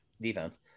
defense